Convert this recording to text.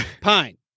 pine